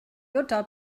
jutta